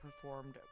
performed